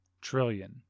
trillion